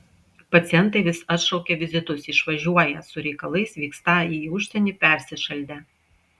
pacientai vis atšaukia vizitus išvažiuoją su reikalais vykstą į užsienį persišaldę